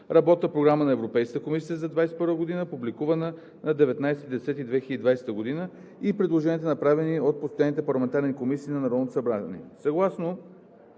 Работната програма на Европейската комисия за 2021 г., публикувана на 19 октомври 2020 г., и предложенията, направени от постоянните парламентарни комисии на Народното събрание.